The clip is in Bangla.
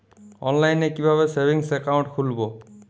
অনলাইনে কিভাবে সেভিংস অ্যাকাউন্ট খুলবো?